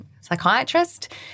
psychiatrist